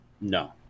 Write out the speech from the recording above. No